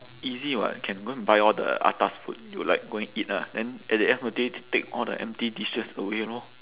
easy [what] can go and buy all the atas food you like go and eat lah then at the end of the day they take all the empty dishes away lor